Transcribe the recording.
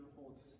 holds